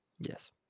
Yes